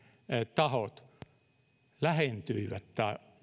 tahot lähentyivät